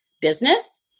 business